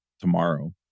tomorrow